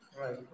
Right